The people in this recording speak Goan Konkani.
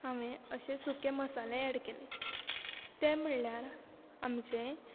हांवें अशे सुके मसाले ऍड केले ते म्हणल्यार आमचे